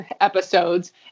episodes